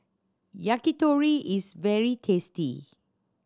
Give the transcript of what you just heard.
yakitori is very tasty